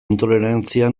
intolerantzia